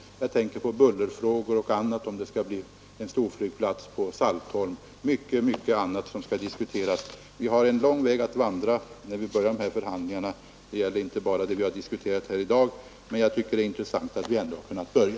Jag tänker på buller och annat, om det skall bli en storflygplats på Saltholm. Det är mycket som skall diskuteras, och vi har en lång väg att vandra när förhandlingarna börjar. Det gäller inte bara vad vi har diskuterat här i dag; men det är intressant att vi ändå har kunnat börja.